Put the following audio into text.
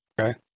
Okay